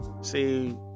See